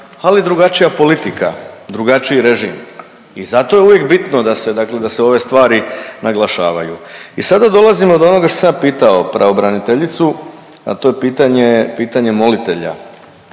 ali drugačija politika, drugačiji režim i zato je uvijek bitno da se, dakle da se ove stvari naglašavaju. I sada dolazimo do onoga što sam ja pitao pravobraniteljicu, a to je pitanje, pitanje